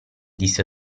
disse